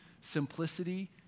simplicity